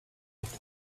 with